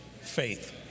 faith